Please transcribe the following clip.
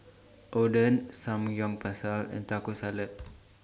Oden Samgeyopsal and Taco Salad